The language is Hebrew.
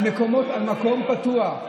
על מקום פתוח,